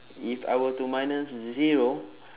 if I were to minus zero